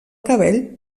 cabell